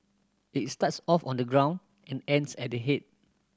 it starts off on the ground and ends at the head